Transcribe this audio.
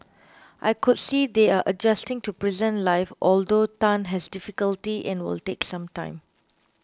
I could see they are adjusting to prison life although Tan has difficulty and will take some time